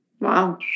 Wow